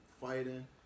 fighting